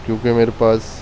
کیونکہ میرے پاس